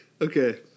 Okay